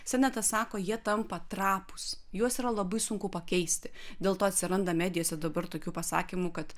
senetas sako jie tampa trapūs juos yra labai sunku pakeisti dėl to atsiranda medijose dabar tokių pasakymų kad